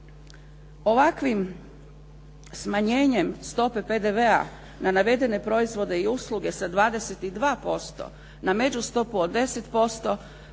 Ovakvim smanjenjem stope PDV-a na navedene proizvode i usluge sa 22% na međustopu od 10%